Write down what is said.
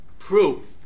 Proof